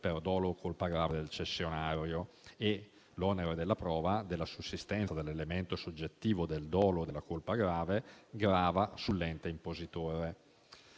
per dolo o colpa grave del cessionario e l'onere della prova della sussistenza dell'elemento soggettivo del dolo o della colpa grave grava sull'ente impositore.